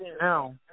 now